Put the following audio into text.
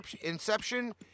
inception